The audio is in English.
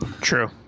true